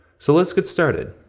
so let's get started.